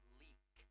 leak